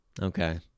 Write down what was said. Okay